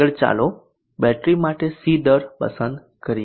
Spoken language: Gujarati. આગળ ચાલો બેટરી માટે C દર પસંદ કરીએ